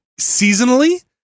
seasonally